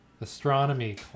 astronomy